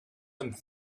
and